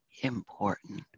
important